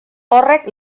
horrek